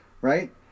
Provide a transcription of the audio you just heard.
right